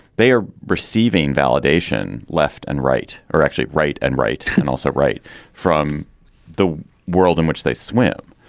they are receiving validation. left and right are actually right and right and also right from the world in which they swim.